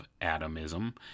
atomism